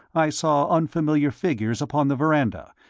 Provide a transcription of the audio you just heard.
i saw unfamiliar figures upon the veranda,